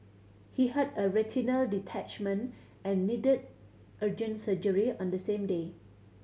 he had a retinal detachment and needed agent surgery on the same day